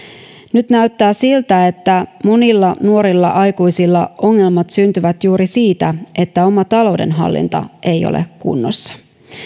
nyt näyttää siltä että monilla nuorilla aikuisilla ongelmat syntyvät juuri siitä että oma taloudenhallinta ei ole kunnossa